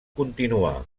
continuar